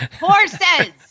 Horses